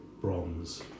bronze